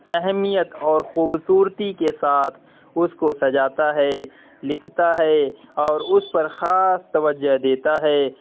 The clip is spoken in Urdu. اہمیت اور خوبصورتی کے ساتھ اس کو سجاتا ہے لکھتا ہے اور اس پر خاص توجہ دیتا ہے